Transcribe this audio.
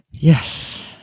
Yes